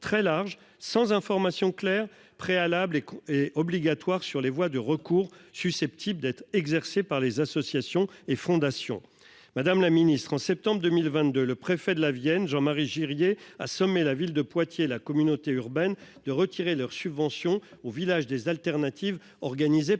très large sans information claire préalable et est obligatoire sur les voies de recours susceptible d'être exercée par les associations et fondations. Madame la ministre, en septembre 2022, le préfet de la Vienne. Jean-Marie Girier sommé la ville de Poitiers. La communauté urbaine de retirer leurs subventions au village des alternatives organisée